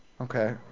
Okay